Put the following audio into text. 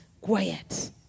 quiet